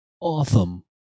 Awesome